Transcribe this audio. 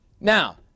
Now